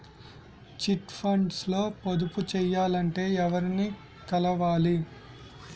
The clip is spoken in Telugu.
చిట్ ఫండ్స్ లో పొదుపు చేయాలంటే ఎవరిని కలవాలి?